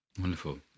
Wonderful